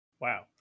Wow